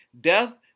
Death